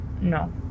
No